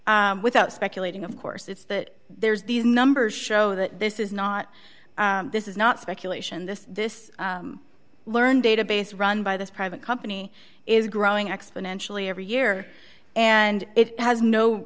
without speculating of course it's that there's these numbers show that this is not this is not speculation this this learned database run by this private company is growing exponentially every year and it has no